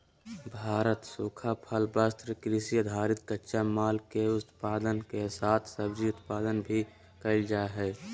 भारत सूखा फल, वस्त्र, कृषि आधारित कच्चा माल, के उत्पादन के साथ सब्जी उत्पादन भी कैल जा हई